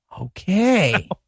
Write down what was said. okay